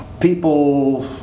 people